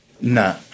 No